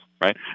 right